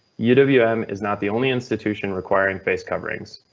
you know uwm is not the only institution requiring face coverings.